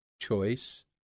Choice